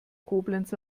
koblenz